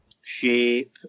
shape